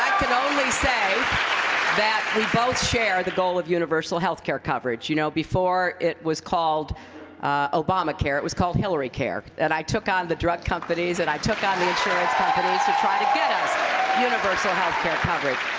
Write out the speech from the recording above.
can only say that we both share the goal of universal health care coverage. you know, before it was called obamacare, it was called hillarycare. and i took on the drug companies and i took on the insurance companies to try to get us universal health care coverage.